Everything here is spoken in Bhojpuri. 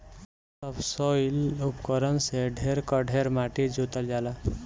सबसॉइल उपकरण से ढेर कड़ेर माटी जोतल जाला